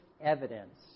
evidence